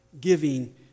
giving